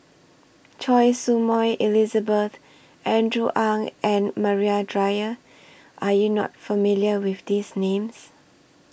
Choy Su Moi Elizabeth Andrew Ang and Maria Dyer Are YOU not familiar with These Names